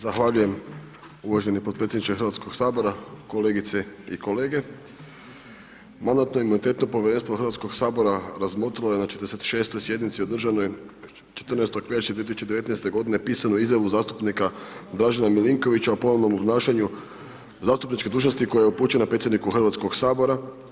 Zahvaljujem, uvaženi podpredsjedniče Hrvatskog sabora, kolegice i kolege, Mandatno-imunitetno povjerenstvo Hrvatskog sabora razmotrilo je na 46. sjednici održanoj 14. veljače 2019. godine pisanu izjavu zastupnika Dražena Milinkovića o ponovnom obnašanju zastupniče dužnosti koja je upućena predsjedniku Hrvatskog sabora.